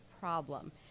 problem